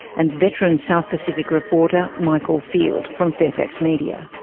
and veteran south pacific reporter michael field from fairfax media.